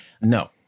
no